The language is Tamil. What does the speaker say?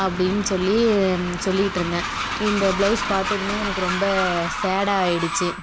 அப்படின்னு சொல்லி சொல்லிட்டிருந்தேன் இந்த ப்ளவுஸ் பார்த்ததுமே எனக்கு ரொம்ப சேடாயிடுச்சு